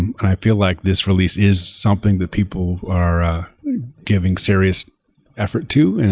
and and i feel like this release is something that people are giving serious effort to. and